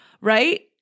Right